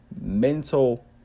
mental